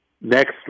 next